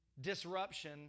disruption